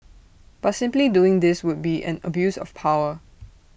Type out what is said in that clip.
but simply doing this would be an abuse of power